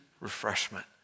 refreshment